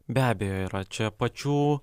be abejo yra čia pačių